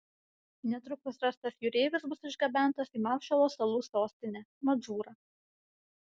netrukus rastas jūreivis bus išgabentas į maršalo salų sostinę madžūrą